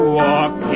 walk